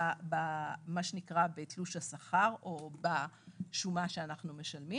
בבית למי שמתקשה בחיי היום יום בגיל הזקנה.